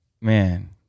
Man